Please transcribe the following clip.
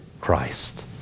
Christ